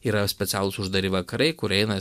yra specialūs uždari vakarai kur eina